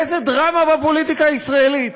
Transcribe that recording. איזו דרמה בפוליטיקה הישראלית.